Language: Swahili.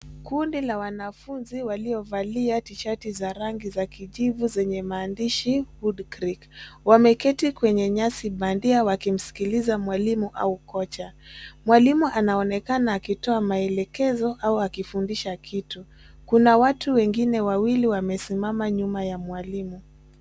Kundi la wanafunzi waliovalia tishati za rangi za kijivi zenye maandishi Goodcreek. Wameketi kwenye nyasi bandia, wakimsikiliza mwalimu au kocha. Mwalimu anaonekana akitoa maelekezo au akifundisha kitu. Kuna watu wengine wawili wamesimama nyuma ya mwalimu.